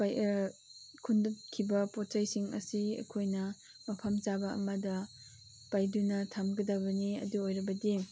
ꯈꯨꯟꯗꯣꯛꯈꯤꯕ ꯄꯣꯠ ꯆꯩꯁꯤꯡ ꯑꯁꯤ ꯑꯩꯈꯣꯏꯅ ꯃꯐꯝ ꯆꯥꯕ ꯑꯃꯗ ꯄꯩꯗꯨꯅ ꯊꯝꯒꯗꯕꯅꯤ ꯑꯗꯨ ꯑꯣꯏꯔꯕꯗꯤ